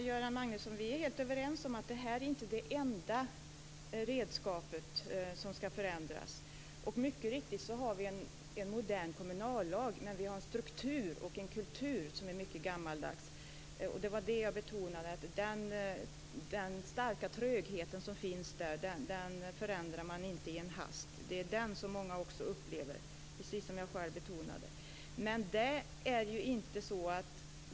Fru talman! Vi är helt överens om att detta inte är det enda redskap som skall förändras, Göran Magnusson. Mycket riktigt har vi en modern kommunallag, men vi har en struktur och en kultur som är mycket gammaldags. Det var det jag betonade. Den starka tröghet som finns där förändrar man inte i en hast. Det är den som många upplever, precis som jag själv betonade.